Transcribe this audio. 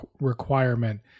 requirement